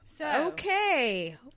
Okay